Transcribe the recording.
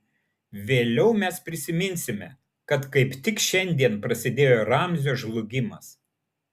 vėliau mes prisiminsime kad kaip tik šiandien prasidėjo ramzio žlugimas